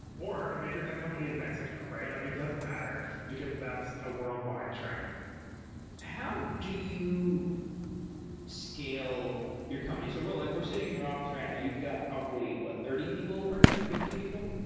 or a major tech company in mexico, right? like it doesn't matter, because that's a worldwide trend how do you scale your company? so we're like we're sitting in your office right now, you've got probably what? thirty people working here. fifty people?